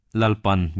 lalpan